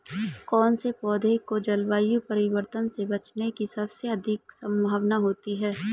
कौन से पौधे को जलवायु परिवर्तन से बचने की सबसे अधिक संभावना होती है?